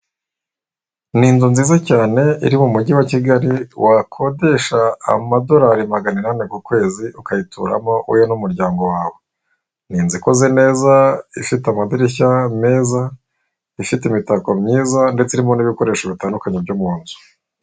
Ni inzu nziza cyane iri mu mujyi wa Kigali wakodesha amadolari magana inani ku kwezi, ukayituramo wowe n'umuryango wawe, ni inzu ikoze neza ifite amadirishya meza, ifite imitako myiza ndetse irimo n'ibikoresho bitandukanye byo mu nzu.